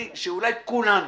חזרתי ואמרתי שאולי כולנו.